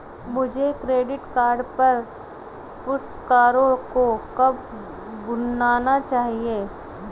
मुझे credit card पर पुरस्कारों को कब भुनाना चाहिए?